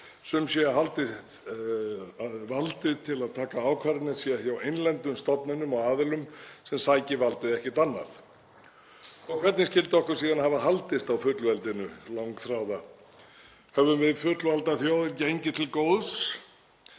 sum sé að valdið til að taka ákvarðanir sé hjá innlendum stofnunum og aðilum sem sæki valdið ekkert annað. Hvernig skyldi okkur síðan hafa haldist á fullveldinu langþráða? Höfum við, fullvalda þjóðin, gengið til góðs?